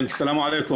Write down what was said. כן, סלאם עליכום.